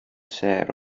sêr